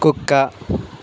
కుక్క